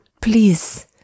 please